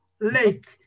lake